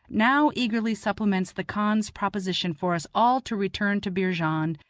now eagerly supplements the khan's proposition for us all to return to beerjand,